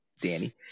Danny